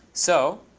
so